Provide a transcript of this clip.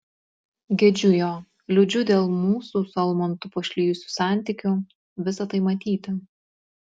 gedžiu jo liūdžiu dėl mūsų su almantu pašlijusių santykių visa tai matyti